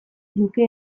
nuke